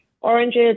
oranges